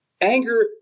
anger